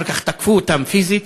אחר כך תקפו אותם פיזית,